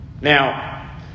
Now